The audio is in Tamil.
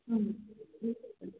ம்